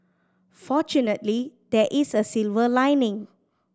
fortunately there is a silver lining